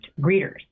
greeters